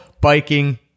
biking